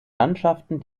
landschaften